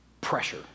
Pressure